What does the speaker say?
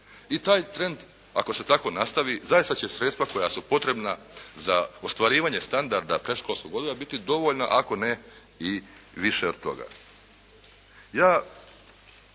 I taj trend, ako se tako nastavi, zaista će sredstva koja su potrebna za ostvarivanje standarda predškolskog odgoja biti dovoljna, ako ne i više od toga.